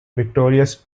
victorious